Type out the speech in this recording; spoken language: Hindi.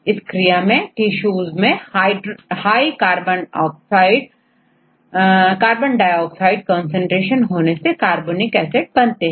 तो यदि कार्बन डाइऑक्साइड प्लस पानी हो तो यह एंजाइम टिशूज में बाइकार्बोनेट बनाते हैं